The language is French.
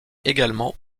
également